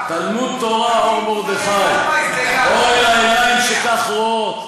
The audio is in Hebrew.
תלמוד-תורה "אור מרדכי" אוי לעיניים שכך רואות,